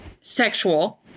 Sexual